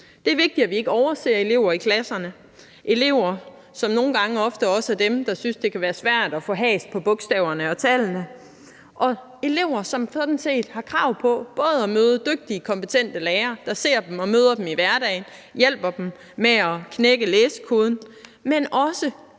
Det er vigtigt, at vi ikke overser elever i klasserne, elever, som nogle gange også ofte er dem, der synes, at det kan være svært at få has på bogstaverne og tallene. Det er elever, som sådan set har krav på at møde dygtige og kompetente lærere, der ser dem og møder dem i hverdagen og hjælper dem med at knække læsekoden, men også